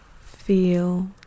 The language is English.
feel